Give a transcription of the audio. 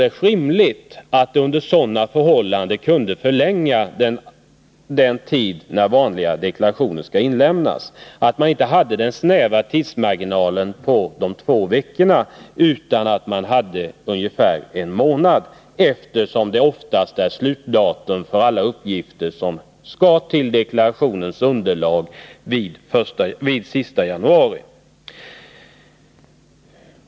Under sådana förhållanden vore det rimligt att man kunde förlänga den tid inom vilken vanliga deklarationer skall inlämnas, att man inte hade den nuvarande snäva tidsmarginalen på ca två veckor utan i stället den föreslagna på ungefär en månad, eftersom den sista januari oftast är slutdatum för olika uppgifter som behövs till deklarationens underlag.